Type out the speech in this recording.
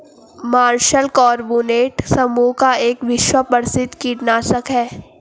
martial carbonate समूह का एक विश्व प्रसिद्ध कीटनाशक है